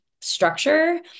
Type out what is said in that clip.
structure